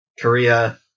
Korea